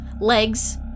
legs